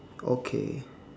okay